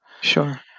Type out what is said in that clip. Sure